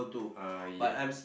uh ya